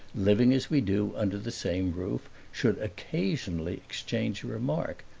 living as we do under the same roof, should occasionally exchange a remark!